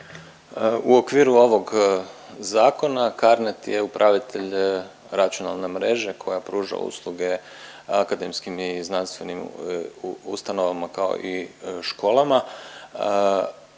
U okviru ovog zakona CARNET je upravitelj računalne mreže koja pruža usluge akademskim i znanstvenim ustanovama kao i školama,